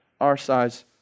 our-size